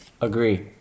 Agree